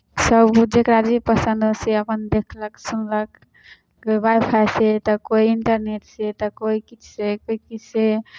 सब जकरा जे पसन्द से अपन देखलक सुनलक कोइ वाइफाइसे तऽ कोइ इन्टरनेटसे तऽ कोइ किछुसे तऽ कोइ किछुसे